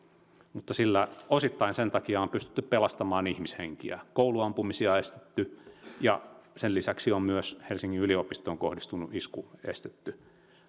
mutta osittain sen takia on pystytty pelastamaan ihmishenkiä kouluampumisia on estetty ja sen lisäksi on myös helsingin yliopistoon kohdistunut isku estetty